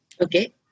okay